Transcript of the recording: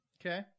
Okay